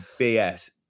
BS